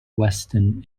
weston